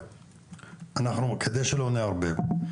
חבר'ה, על מנת שלא נערבב.